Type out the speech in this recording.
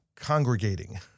congregating